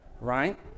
right